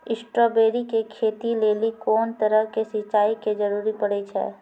Strawberry के खेती लेली कोंन तरह के सिंचाई के जरूरी पड़े छै?